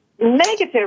negative